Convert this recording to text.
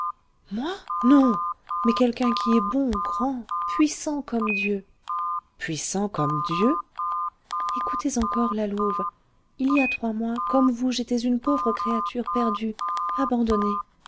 moi non mais quelqu'un qui est bon grand puissant comme dieu puissant comme dieu écoutez encore la louve il y a trois mois comme vous j'étais une pauvre créature perdue abandonnée